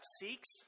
seeks